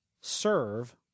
serve